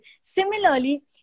Similarly